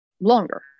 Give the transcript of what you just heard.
longer